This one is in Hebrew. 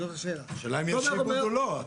השאלה אם יש שיעבוד או לא.